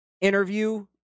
interview